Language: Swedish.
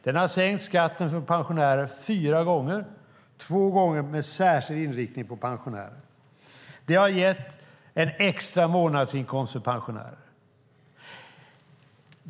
Den har sänkt skatten för pensionärer fyra gånger, två gånger med särskild inriktning på pensionärer. Det har gett en extra månadsinkomst för pensionärer.